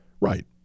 right